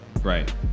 Right